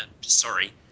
sorry